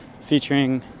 featuring